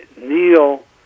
Neil